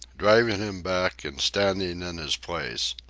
driving him back and standing in his place.